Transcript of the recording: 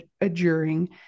adjuring